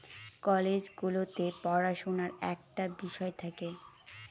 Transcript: college গুলোতে পড়াশুনার একটা বিষয় থাকে